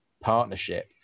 partnership